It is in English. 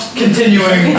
continuing